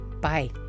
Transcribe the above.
Bye